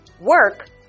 Work